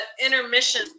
intermission